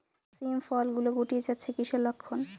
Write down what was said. শিম ফল গুলো গুটিয়ে যাচ্ছে কিসের লক্ষন?